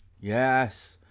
yes